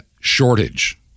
shortage